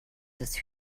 des